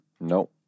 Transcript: No